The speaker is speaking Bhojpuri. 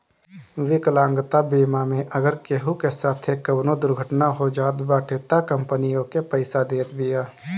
विकलांगता बीमा मे अगर केहू के साथे कवनो दुर्घटना हो जात बाटे तअ कंपनी ओके पईसा देत बिया